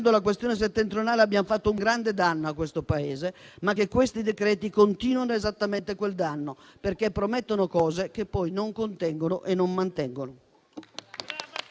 la questione settentrionale abbiamo fatto un grande danno al Paese, ma questi decreti continuano esattamente quel danno, perché promettono cose che poi non contengono e non mantengono.